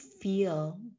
feel